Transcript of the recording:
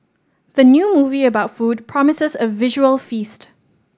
the new movie about food promises a visual feast